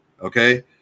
Okay